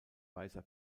weißer